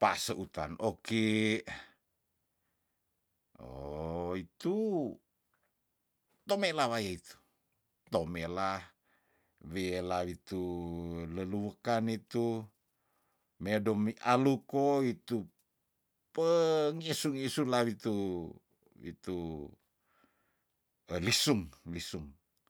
paseutan oki oh itu tome lawae itu tomela wiela witu leluwukan itu medomi alup ko itup pengesu- ngesula witu itu elisung- lisung